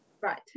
right